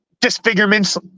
disfigurements